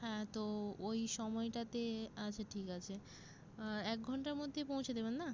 হ্যাঁ তো ওই সময়টাতে আচ্ছা ঠিক আছে এক ঘন্টার মধ্যে পৌঁছে দেবেন না